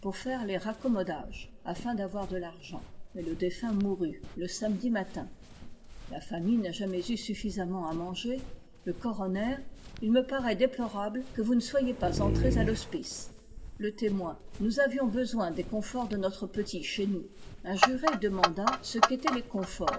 faire les raccommodages afin d'avoir de l'argent mais le défunt mourut le samedi matin la famille n'a jamais eu suffisamment à manger le coroner il me paraît déplorable que vous ne soyez pas entrés à l'hospice h le témoin nous avions besoin des conforts de notre petit chez nous un juré demanda ce qu'étaient les conforts